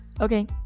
okay